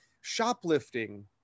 shoplifting